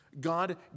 God